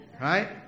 Right